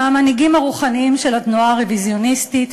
מהמנהיגים הרוחניים של התנועה הרוויזיוניסטית,